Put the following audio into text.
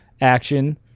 action